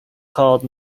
called